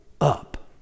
up